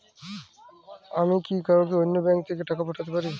আমি কি কাউকে অন্য ব্যাংক থেকে টাকা পাঠাতে পারি?